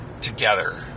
together